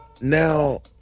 Now